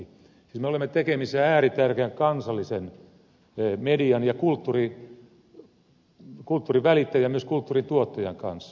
siis me olemme tekemisissä ääritärkeän kansallisen median ja kulttuurin välittäjän ja myös kulttuurin tuottajan kanssa